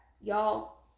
Y'all